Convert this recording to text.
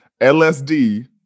LSD